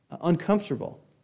uncomfortable